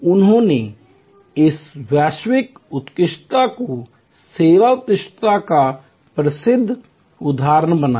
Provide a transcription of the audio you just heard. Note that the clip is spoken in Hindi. उन्होंने इस वैश्विक उत्कृष्टता को सेवा उत्कृष्टता का विश्व प्रसिद्ध उदाहरण बनाया